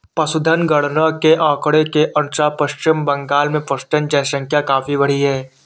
पशुधन गणना के आंकड़ों के अनुसार पश्चिम बंगाल में पशुधन जनसंख्या काफी बढ़ी है